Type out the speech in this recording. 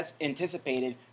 anticipated